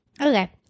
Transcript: Okay